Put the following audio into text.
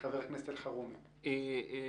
חבר הכנסת אלחרומי, בבקשה.